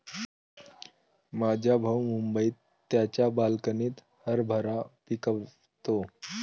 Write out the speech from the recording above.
माझा भाऊ मुंबईत त्याच्या बाल्कनीत हरभरा पिकवतो